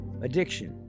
Addiction